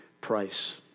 price